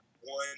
one